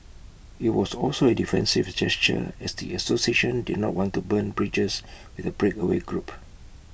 IT was also A defensive gesture as the association did not want to burn bridges with the breakaway group